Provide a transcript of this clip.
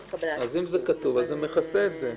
אם זה כתוב אז זה מכסה את זה.